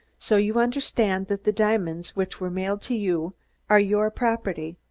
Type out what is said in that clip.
so you understand that the diamonds which were mailed to you are your property.